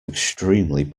extremely